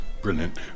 Brilliant